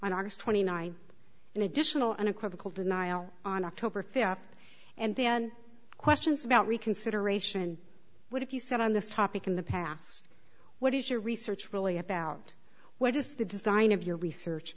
on august twenty ninth and additional unequivocal denial on october fifth and then questions about reconsideration what if you said on this topic in the past what is your research really about what is the design of your research